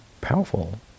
powerful